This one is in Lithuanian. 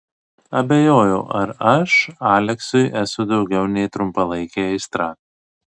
abejojau ar aš aleksui esu daugiau nei trumpalaikė aistra